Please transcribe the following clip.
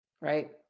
right